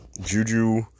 Juju